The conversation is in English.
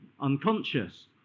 unconscious